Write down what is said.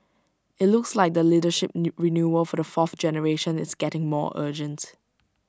IT looks like the leadership new renewal for the fourth generation is getting more urgent